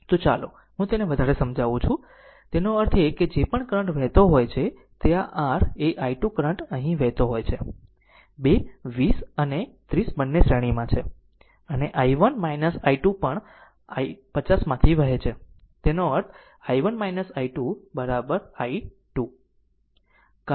તો ચાલો હું તેને વધારે સમજાવું છું કરું તેનો અર્થ એ કે જે પણ કરંટ વહેતો હોય છે તે આ r એ i2 કરંટ અહીં વહેતો હોય છે 2 20 અને 30 બંને શ્રેણીમાં છે અને i1 i2 પણ 50 માંથી વહે છે તેનો અર્થ i1 i2 i2